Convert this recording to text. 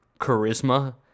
charisma